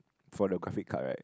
for the graphic card right